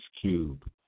Cube